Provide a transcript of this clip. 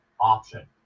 option